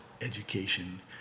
education